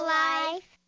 life